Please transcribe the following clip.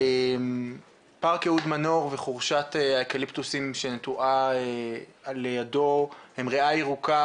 פארק אהוד מנור וחורשת האקליפטוסים שנטועה לידו הם ריאה ירוקה